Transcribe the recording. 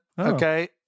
okay